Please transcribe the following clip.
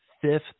Fifth